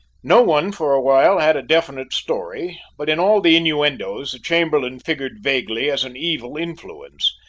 no one for a while had a definite story, but in all the innuendoes the chamberlain figured vaguely as an evil influence.